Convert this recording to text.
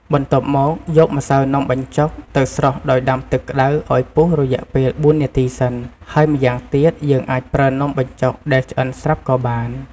បន្ទាប់មកយកម្សៅនំបញ្ចុក ទៅស្រុះដោយដាំទឹកក្តៅឱ្យពុះរយៈពេល៤នាទីសិន ហើយម្យ៉ាងទៀតយើងអាចប្រើនំបញ្ចុកដែលឆ្អិនស្រាប់ក៏បាន។